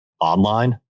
online